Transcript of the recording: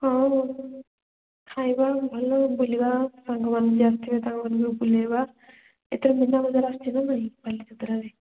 ହଁ ହଉ ଖାଇବା ଭଲ ବୁଲିବା ସାଙ୍ଗମାନେ ବି ଆସିଥିବେ ତାଙ୍କମାନଙ୍କୁ ବୁଲାଇବା ଏଥର ମୀନା ବଜାର ଆସିଛି ନା ନାହିଁ ବାଲିଯାତ୍ରାରେ